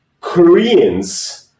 Koreans